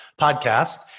podcast